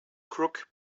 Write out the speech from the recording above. crook